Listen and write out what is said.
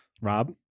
Rob